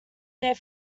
their